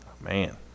man